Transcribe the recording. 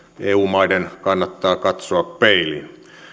eu maiden kannattaa katsoa peiliin